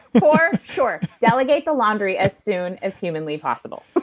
for sure. delegate the laundry as soon as humanly possible